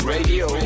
Radio